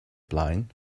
blaen